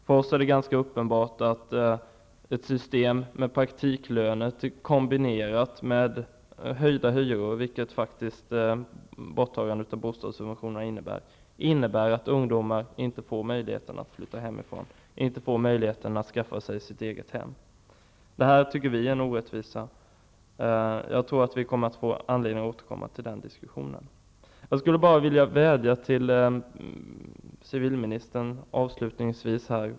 För oss är det uppenbart att ett system med praktiklöner kombinerat med höjda hyror, vilket borttagandet av bostadssubventionerna leder till, innebär att ungdomar inte får möjlighet att flytta hemifrån och skaffa sig ett eget hem. Det tycker vi är en orättvisa. Vi får anledning att återkomma till den diskussionen. Jag vill avslutningsvis rikta en vädjan till civilministern.